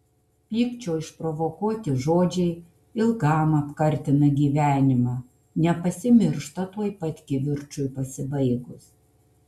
pykčio išprovokuoti žodžiai ilgam apkartina gyvenimą nepasimiršta tuoj pat kivirčui pasibaigus